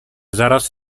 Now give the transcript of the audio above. zaraz